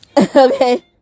Okay